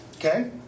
Okay